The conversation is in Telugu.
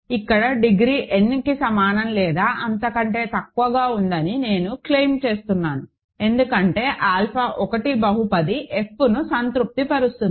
ఇక్కడ డిగ్రీ nకి సమానం లేదా అంత కంటే తక్కువగా ఉందని నేను క్లెయిమ్ చేస్తున్నాను ఎందుకంటే ఆల్ఫా 1 బహుపది fను సంతృప్తిపరుస్తుంది